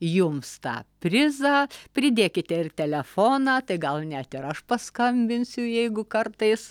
jums tą prizą pridėkite ir telefoną tai gal net ir aš paskambinsiu jeigu kartais